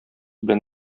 белән